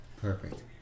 Perfect